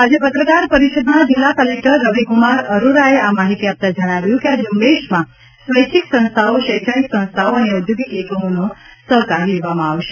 આજે પત્રકાર પરિષદમાં જિલ્લા કલેક્ટર રવિક્રમાર અરોરાએ આ માહિતી આપતા જણાવ્યું કે આ ઝૂંબેશમાં સ્વૈચ્છિક સંસ્થાઓ શૈક્ષણિક સંસ્થાઓ અને ઔદ્યોગિક એકમોનો સહકાર લેવામાં આવશે